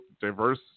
diverse